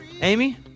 Amy